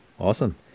Awesome